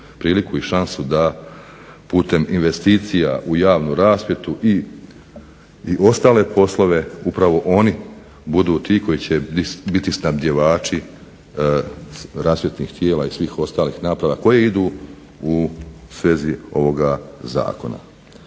priliku i šansu da putem investicija u javnu rasvjetu i ostale poslove upravo oni budu ti koji će biti snabdjevači rasvjetnih tijela i svih ostalih naprava koje idu u svezi ovoga zakona.